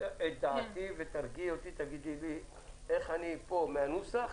את דעתי ותרגיעי אותי ותגידי לי איך אני יכול להיות רגוע מהנוסח.